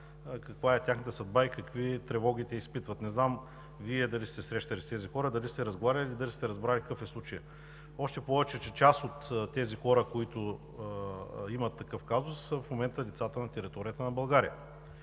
каква е тяхната съдба, и какви тревоги изпитват. Не знам дали Вие сте се срещали с тези хора, дали сте разговаряли, дали сте разбрали какъв е случаят. Още повече че част от тези хора, които имат такъв казус, в момента децата им са на територията на България.